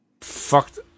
Fucked